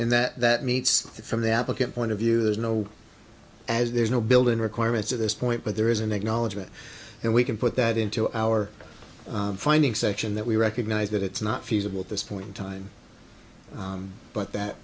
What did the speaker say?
and that that meets that from the applicant point of view there's no as there's no building requirements at this point but there is an acknowledgment and we can put that into our finding section that we recognize that it's not feasible at this point in time but that